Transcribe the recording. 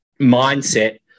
mindset